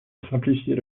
simplifier